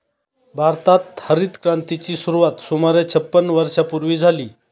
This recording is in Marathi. भारतात हरितक्रांतीची सुरुवात सुमारे छपन्न वर्षांपूर्वी झाली